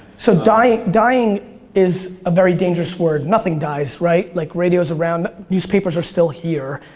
so dying dying is a very dangerous word. nothing dies, right? like radio's around, newspapers are still here.